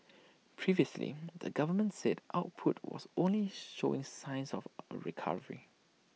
previously the government said output was only showing signs of A recovery